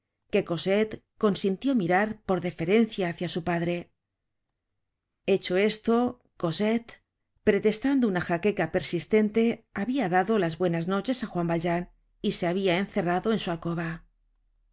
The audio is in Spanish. que cosette consintió mirar por deferencia hácia su padre hecho esto cosette pretestando una jaqueca persistente habia dado las buenas noches á juan valjean y se habia encerrado en su alcoba